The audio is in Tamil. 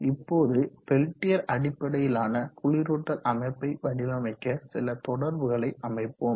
இப்போது பெல்டியர் அடிப்படையிலான குளிரூட்டல் அமைப்பை வடிவமைக்க சில தொடர்புகளை அமைப்போம்